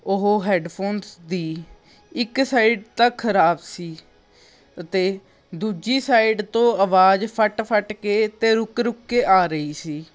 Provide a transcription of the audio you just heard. ਉਹ ਹੈਡਫੋਨਸ ਦੀ ਇੱਕ ਸਾਈਡ ਤਾਂ ਖਰਾਬ ਸੀ ਅਤੇ ਦੂਜੀ ਸਾਈਡ ਤੋਂ ਆਵਾਜ਼ ਫੱਟ ਫੱਟ ਕੇ ਅਤੇ ਰੁਕ ਰੁਕ ਕੇ ਆ ਰਹੀ ਸੀ